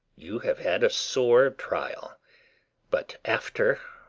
you have had a sore trial but after,